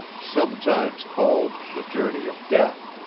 sometimes called the journey of death,